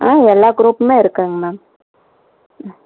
ஆ எல்லா குரூப்புமே இருக்குதுங்க மேம் ம்